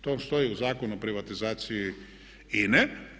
To stoji u Zakonu o privatizaciji INA-e.